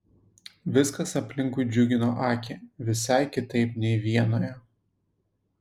viskas aplinkui džiugino akį visai kitaip nei vienoje